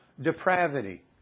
depravity